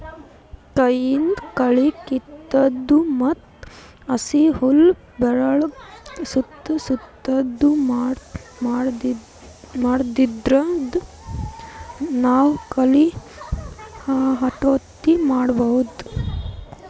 ಕೈಯಿಂದ್ ಕಳಿ ಕಿತ್ತದು ಮತ್ತ್ ಹಸಿ ಹುಲ್ಲ್ ಬೆರಗಳ್ ಸುತ್ತಾ ಸುತ್ತದು ಮಾಡಾದ್ರಿಂದ ನಾವ್ ಕಳಿ ಹತೋಟಿ ಮಾಡಬಹುದ್